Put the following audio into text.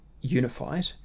unified